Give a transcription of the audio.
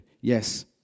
Yes